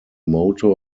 motor